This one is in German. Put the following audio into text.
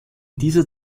dieser